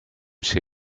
się